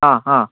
ആ ആ